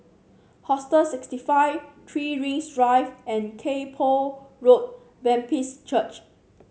Hostel sixty five Three Rings Drive and Kay Poh Road Baptist Church